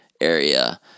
area